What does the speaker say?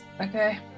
Okay